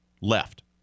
left